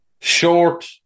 Short